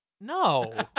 No